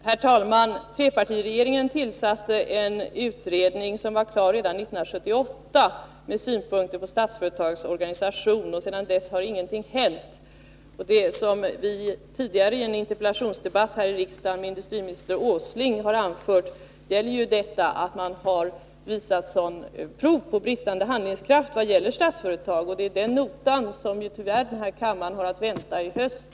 Herr talman! Trepartiregeringen tillsatte en utredning, som var klar redan 1978 med synpunkter på Statsföretags organisation. Sedan dess har ingenting hänt. I en interpellationsdebatt här i kammaren med industriminister Åsling har vi tidigare anfört att man visat prov på bristande handlingskraft beträffande Statsföretag. Det är den notan som vi tyvärr har att vänta till hösten.